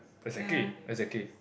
exactly exactly